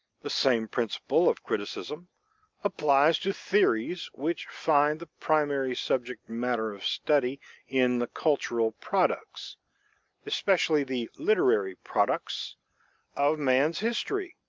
the same principle of criticism applies to theories which find the primary subject matter of study in the cultural products especially the literary products of man's history.